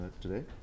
today